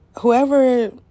Whoever